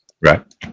Right